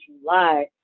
July